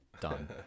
done